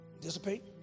dissipate